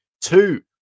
Two